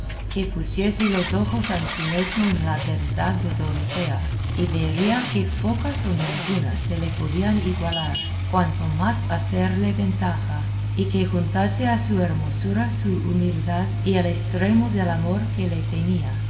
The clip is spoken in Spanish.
que pusiese los ojos ansimesmo en la beldad de dorotea y vería que pocas o ninguna se le podían igualar cuanto más hacerle ventaja y que juntase a su hermosura su humildad y el estremo del amor que le tenía